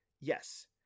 Yes